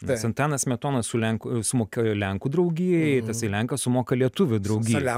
nes antanas smetona su lenku sumokėjo lenkų draugijai tasai lenkas sumoka lietuvių draugijai